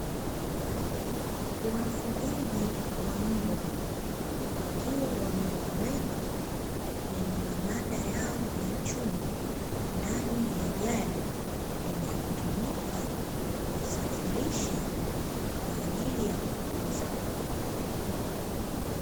Wafugaji wa mbwa wakiwa wamewaweka kwenye mabanda yao ya chuma, ndani ya gari linalotumika wasafirisha kwa ajili ya kuuza.